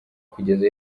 kugeza